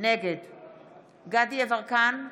נגד דסטה גדי יברקן,